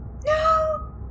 No